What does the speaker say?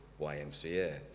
YMCA